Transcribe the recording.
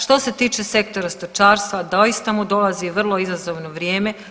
Što se tiče sektora stočarstva doista mu dolazi vrlo izazovno vrijeme.